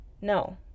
No